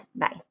Bye